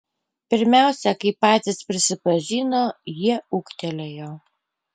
pirmiausia kaip patys prisipažino jie ūgtelėjo